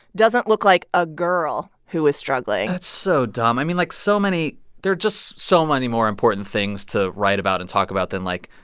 doesn't look like a girl who is struggling that's so dumb. i mean, like, so many there are just so many more important things to write about and talk about than, like,